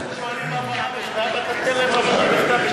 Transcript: הם יכולים לשאול אותך על כל נושא,